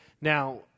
Now –